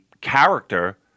character